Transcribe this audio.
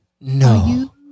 No